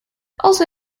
also